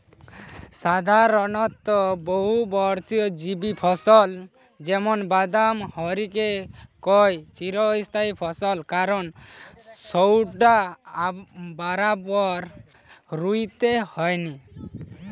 সাধারণত বহুবর্ষজীবী ফসল যেমন বাদাম হারিকে কয় চিরস্থায়ী ফসল কারণ সউটা বারবার রুইতে হয়নি